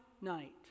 night